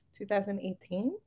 2018